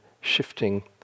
shifting